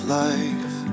life